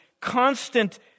constant